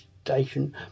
Station